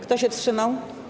Kto się wstrzymał?